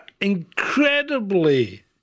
incredibly